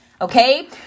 Okay